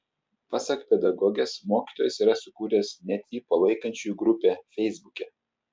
pasak pedagogės mokytojas yra sukūręs net jį palaikančiųjų grupę feisbuke